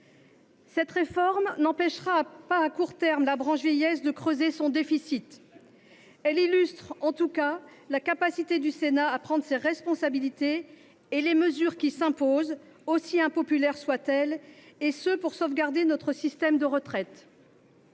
Cette réforme n’empêchera pas à court terme la branche retraite de creuser son déficit. Elle illustre la capacité du Sénat à prendre ses responsabilités et les mesures qui s’imposent, aussi impopulaires soient elles, pour sauvegarder notre système de retraite.